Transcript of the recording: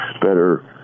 better